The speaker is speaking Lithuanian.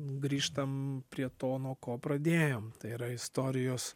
grįžtam prie to nuo ko pradėjom tai yra istorijos